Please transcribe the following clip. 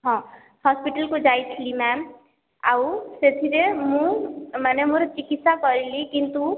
ହଁ ହସ୍ପିଟାଲ କୁ ଯାଇଥିଲି ମ୍ୟାମ୍ ଆଉ ସେଥିରେ ମୁଁ ମାନେ ମୋର ଚିକିତ୍ସା କରିଲି କିନ୍ତୁ